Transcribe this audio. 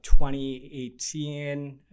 2018